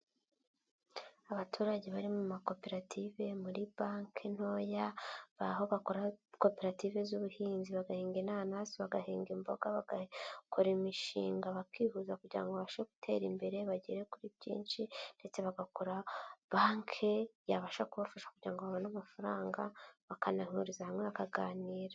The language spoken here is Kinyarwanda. Abaturage bari mu makoperative muri banki ntoya baari aho bakora koperative z'ubuhinzi bagahinga inanasi bagahinga imboga bagakora imishinga bakihuza kugira babashe gutera imbere bagere kuri byinshi ndetse bagakora banki yabasha kubafasha kugira ngo babone amafaranga bakanahuriza hamwe bakaganira.